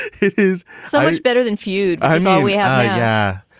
it is so much better than feud. i know we have yeah,